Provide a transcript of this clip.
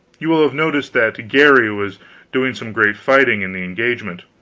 you will have noticed that garry was doing some great fighting in the engagement.